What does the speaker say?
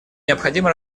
необходимо